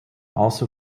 also